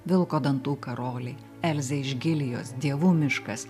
vilko dantų karoliai elzė iš gilijos dievų miškas